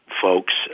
folks